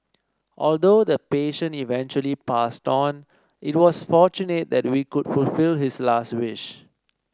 although the pation eventually passed on it was fortunate that we could fulfil his last wish